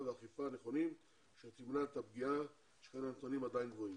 והאכיפה הנכונים שתמנע את הפגיעה שכן הנתונים עדיין גבוהים.